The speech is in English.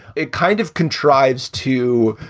it kind of contrives to,